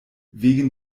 wegen